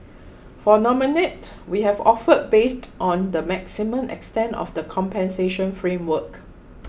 for Dominique we have offered based on the maximum extent of the compensation framework